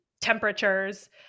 temperatures